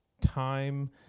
time